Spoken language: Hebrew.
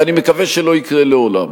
ואני מקווה שלא יקרה לעולם.